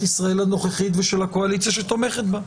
ישראל הנוכחית ושל הקואליציה שתומכת בה.